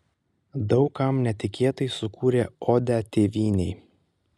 daug kam netikėtai sukūrė odę tėvynei